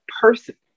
person